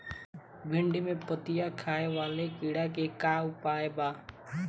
भिन्डी में पत्ति खाये वाले किड़ा के का उपाय बा?